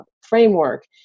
framework